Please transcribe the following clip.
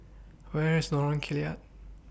Where IS Lorong Kilat